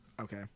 Okay